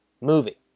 movie